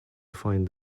find